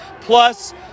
Plus –